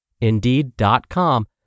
Indeed.com